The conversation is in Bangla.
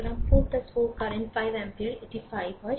সুতরাং 4 4 কারেন্ট 5 এম্পিয়ারে এটি 5 হয়